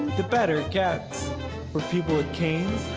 the better it gets for people with canes,